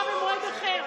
זה חייב להיות מתוחם בזמן.